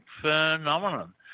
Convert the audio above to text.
phenomenon